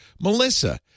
Melissa